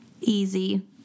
Easy